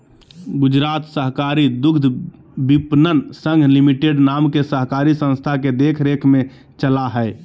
गुजरात सहकारी दुग्धविपणन संघ लिमिटेड नाम के सहकारी संस्था के देख रेख में चला हइ